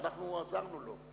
ואנחנו עזרנו לו.